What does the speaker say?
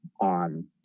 on